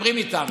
מדברים איתם.